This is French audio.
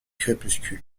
crépuscule